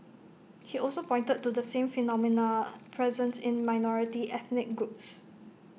he also pointed to the same phenomena present in minority ethnic groups